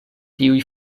tiuj